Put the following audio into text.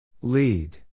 Lead